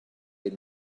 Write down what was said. had